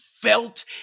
felt